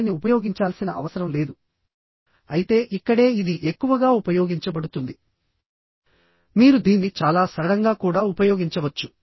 ఇంతకుముందు చెప్పుకున్నట్టు ఇక్కడ వివిధ రకాలైన సెక్షన్స్ ని ఉపయోగించుకోవచ్చు